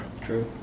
True